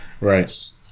Right